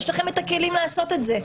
יש לכם את הכלים לעשות את זה.